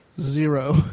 zero